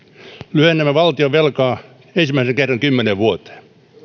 lyhennämme valtionvelkaa ensimmäisen kerran kymmeneen vuoteen